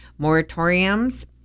moratoriums